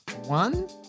one